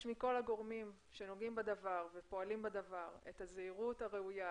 מכל הגורמים שנוגעים ופועלים בדבר את הזהירות הראויה,